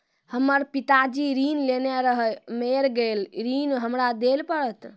हमर पिताजी ऋण लेने रहे मेर गेल ऋण हमरा देल पड़त?